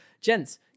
Gents